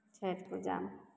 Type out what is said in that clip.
छठि पूजामे